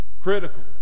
critical